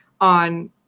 on